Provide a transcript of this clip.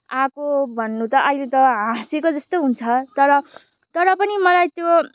आएको भन्नु त अहिले त हाँसेको जस्तो हुन्छ तर तर पनि मलाई त्यो